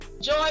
Joy